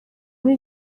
muri